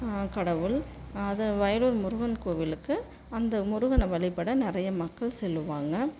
கடவுள் அதை வயலூர் முருகன் கோவிலுக்கு அந்த முருகனை வழிபட நிறைய மக்கள் செல்லுவாங்க